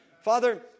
father